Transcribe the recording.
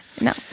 No